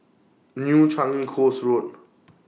New Changi Coast Road